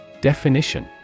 Definition